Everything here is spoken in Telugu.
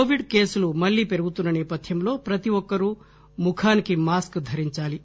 కోవిడ్ కేసులు మళ్లీ పెరుగుతున్న నేపథ్యంలో ప్రతి ఒక్కరూ ముఖానికి మాస్క్ ధరించాలి